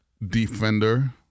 defender